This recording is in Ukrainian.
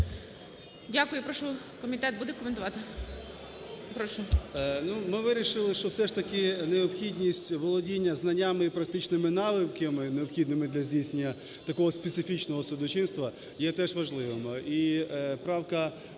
Дякую. Прошу комітет, будете коментувати?